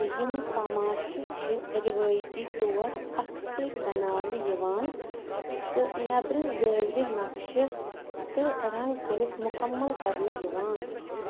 یِم تماشہٕ چھِ رِوٲیتی طور اَتھٕ سۭتۍ بناونہٕ یِوان تہٕ نٮ۪برٕ زٲولہِ نقشہِ تہٕ رنٛگ کٔرِتھ مُکمل کرنہٕ یِوان